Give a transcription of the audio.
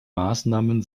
maßnahmen